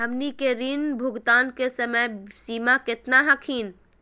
हमनी के ऋण भुगतान के समय सीमा केतना हखिन?